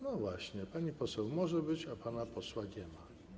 No właśnie, pani poseł może być, a pana posła nie ma.